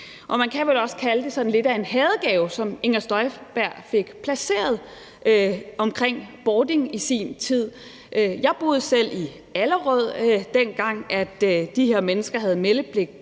Man kan vel også kalde det sådan lidt af en hadegave, som Inger Støjberg fik placeret omkring Bording i sin tid. Jeg boede selv i Allerød, dengang de her mennesker havde meldepligt